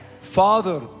Father